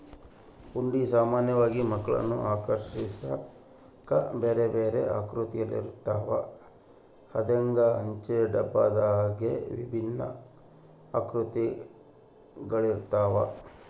ಹುಂಡಿ ಸಾಮಾನ್ಯವಾಗಿ ಮಕ್ಕಳನ್ನು ಆಕರ್ಷಿಸಾಕ ಬೇರೆಬೇರೆ ಆಕೃತಿಯಲ್ಲಿರುತ್ತವ, ಹಂದೆಂಗ, ಅಂಚೆ ಡಬ್ಬದಂಗೆ ವಿಭಿನ್ನ ಆಕೃತಿಗಳಿರ್ತವ